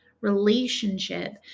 relationship